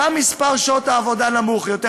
שם מספר שעות העבודה נמוך יותר,